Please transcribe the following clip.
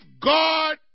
God